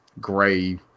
gray